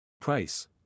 price